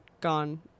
gone